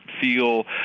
feel